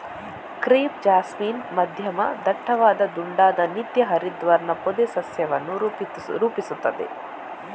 crepe jasmine ಮಧ್ಯಮ ದಟ್ಟವಾದ ದುಂಡಾದ ನಿತ್ಯ ಹರಿದ್ವರ್ಣ ಪೊದೆ ಸಸ್ಯವನ್ನು ರೂಪಿಸುತ್ತದೆ